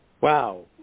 Wow